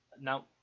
Now